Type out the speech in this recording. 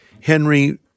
Henry